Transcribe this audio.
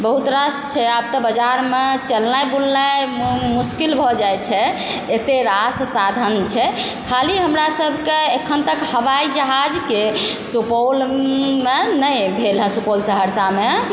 बहुत रास छै आब तऽ बजारमे चलनाइ बुलनाय मश्किल भऽ जाइ छै अते रास साधन छै खाली हमरा सबके एखन तक हवाइ जहाजके सुपौलमे नहि भेल हइ सुपौल सहरसामे